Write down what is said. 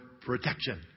protection